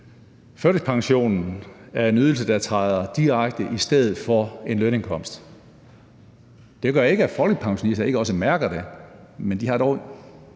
Førtidspensionen er en ydelse, der træder direkte i stedet for en lønindkomst. Det gør ikke, at folkepensionister ikke også mærker det, men de har dog